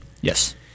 Yes